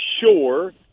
sure